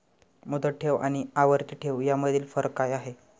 मुदत ठेव आणि आवर्ती ठेव यामधील फरक काय आहे?